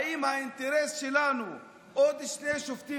האם האינטרס שלנו הוא עוד שני שופטים